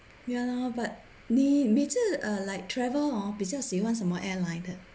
ya lor but 你每次 uh like travel hor 比较喜欢什么 airline 的